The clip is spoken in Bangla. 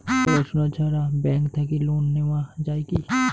পড়াশুনা ছাড়া ব্যাংক থাকি লোন নেওয়া যায় কি?